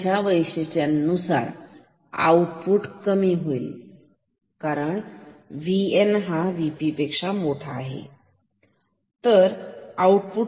op amp च्या वैशिष्ट्ये नुसार आउटपुट कमी होईल कारण V N V P